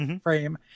frame